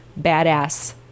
badass